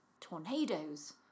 tornadoes